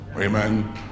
Amen